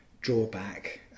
drawback